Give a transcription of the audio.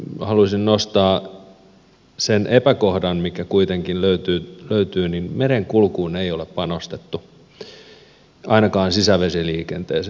haluaisin nostaa sen epäkohdan mikä kuitenkin löytyy että merenkulkuun ei ole panostettu ainakaan sisävesiliikenteeseen